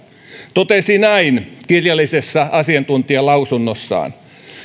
totesi näin kirjallisessa asiantuntijalausunnossaan